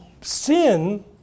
sin